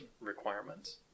requirements